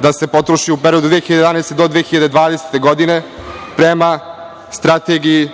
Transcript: da se potroši u periodu od 2011. do 2020. godine, prema strategiji